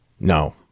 No